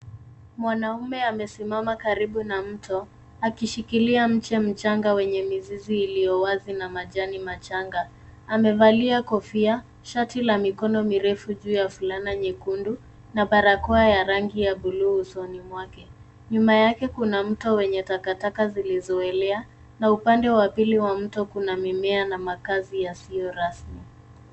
Mwanaume amesimama karibu na mto, akishikilia mche mchanga wenye mizizi iliyo wazi na majani machanga. Amevalia kofia, shati la mikono mirefu juu ya fulana nyekundu na barakoa ya rangi ya buluu usoni mwake. Nyuma yake kuna mto wenye takataka zilizoelea na upande wa pili wa mto kuna mimea na makazi yasiyo rasmi.